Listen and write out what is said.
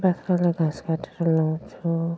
बाख्रालाई घाँस काटेर लाउँछु